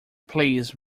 please